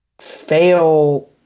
fail